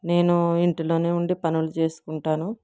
నేను ఇంట్లో ఉండి పనులు చేసుకుంటాను